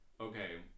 Okay